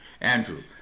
andrew